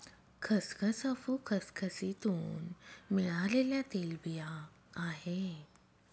खसखस अफू खसखसीतुन मिळालेल्या तेलबिया आहे